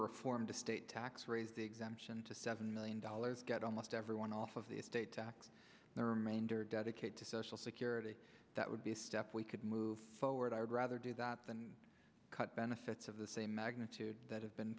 reform the state tax raise the exemption to seven million dollars get almost everyone off of the estate tax the remainder dedicate to social security that would be a step we could move forward i would rather do that than cut benefits of the same magnitude that have been